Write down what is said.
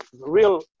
real